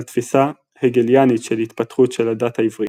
תפיסה הגליאנית של התפתחות של הדת העברית.